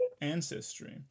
ancestry